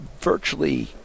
virtually